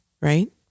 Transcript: Right